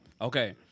Okay